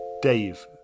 Dave